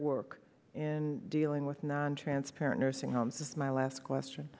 work in dealing with nontransparent nursing homes is my last question